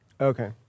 Okay